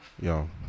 Yo